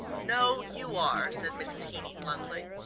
no you are, said mrs. heeny bluntly.